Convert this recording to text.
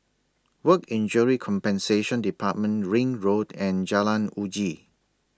Work Injury Compensation department Ring Road and Jalan Uji